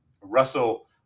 Russell